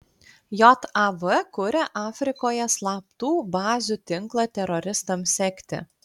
jav kuria afrikoje slaptų bazių tinklą teroristams sekti